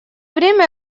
время